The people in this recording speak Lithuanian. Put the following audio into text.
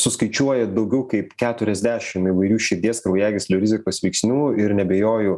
suskaičiuoja daugiau kaip keturiasdešim įvairių širdies kraujagyslių rizikos veiksnių ir neabejoju